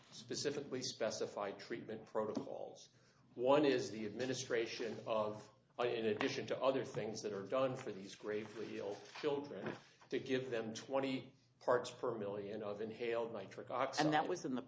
specifically specified treatment protocols one is the administration of all in addition to other things that are done for these gravely ill children to give them twenty parts per million of inhaled nitric oxide that was in the